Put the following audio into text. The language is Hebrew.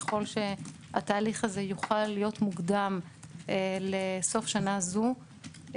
ככל שהתהליך הזה יוכל להיות מוקדם לסוף שנה זו,